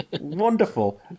Wonderful